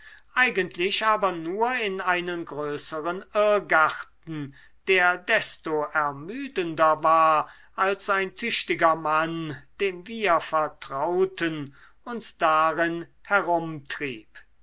eigentlich aber nur in einen größeren irrgarten der desto ermüdender war als ein tüchtiger mann dem wir vertrauten uns darin herumtrieb